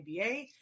ABA